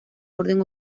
orden